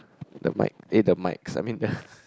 the mic eh the mics I mean the